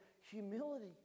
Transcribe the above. humility